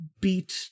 beat